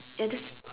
and just